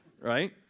right